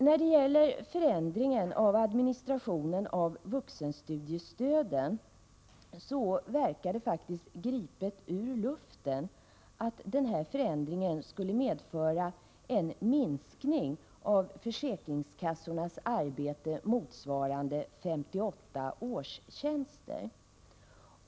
När det gäller förändringen av administrationen av vuxenstudiestödet verkar det faktiskt gripet ur luften att den skulle medföra en minskning av försäkringskassornas arbete motsvarande 58 årstjänster.